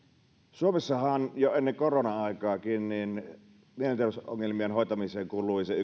suomessahan jo ennen korona aikaakin mielenterveysongelmien hoitamiseen kului se